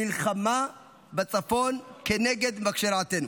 מלחמה בצפון כנגד מבקשי רעתנו,